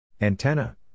Antenna